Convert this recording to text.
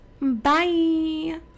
Bye